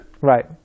Right